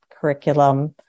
curriculum